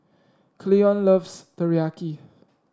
Cleon loves Teriyaki